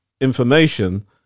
information